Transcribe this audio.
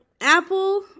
Apple